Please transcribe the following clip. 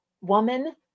woman